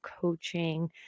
coaching